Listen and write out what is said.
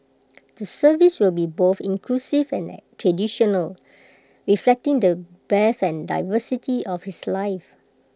the service will be both inclusive and traditional reflecting the breadth and diversity of his life